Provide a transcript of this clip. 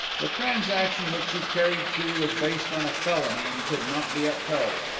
the transaction which you carried through was based on a felony and could not be upheld.